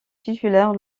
titulaire